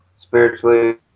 spiritually